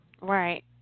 Right